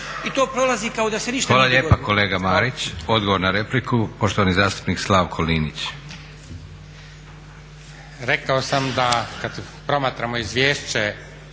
I to prolazi kao da se ništa nije dogodilo.